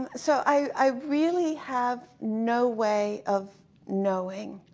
and so i really have no way of knowing.